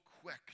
quick